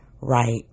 right